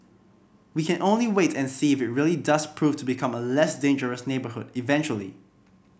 we can only wait and see if really does prove to become a less dangerous neighbourhood eventually